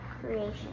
Creation